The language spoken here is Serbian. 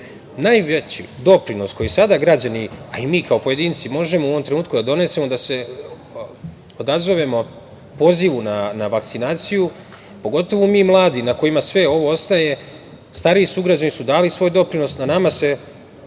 građana. Najveći doprinos koji sada građani, a i mi kao pojedinci možemo u ovom trenutku da donesemo, da se odazovemo pozivu na vakcinaciju, pogotovo mi mladi, na kojima sve ovo ostaje. Stariji sugrađani su dali svoj doprinos. Na nama se zalomilo